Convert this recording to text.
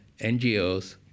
NGOs